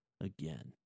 again